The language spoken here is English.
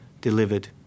delivered